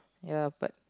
ya but